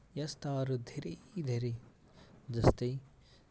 यस्ता अरू धेरै धेरै जस्तै